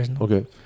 okay